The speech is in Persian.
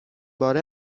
باره